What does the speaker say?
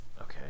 Okay